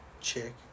chick